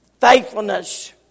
Faithfulness